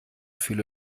viele